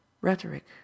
rhetoric